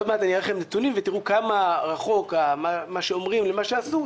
עוד מעט אני אראה לכם נתונים ותראו כמה רחוק מה שאומרים על מה שעשו.